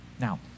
Now